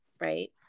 right